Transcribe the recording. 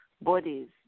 bodies